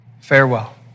Farewell